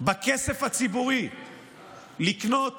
בכסף הציבורי לקנות